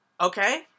Okay